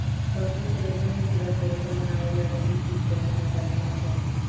शहतूत रेशम के कीड़ा से रेशम बनावल जाला इ कीट चाइना में पलाले सन